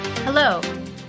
Hello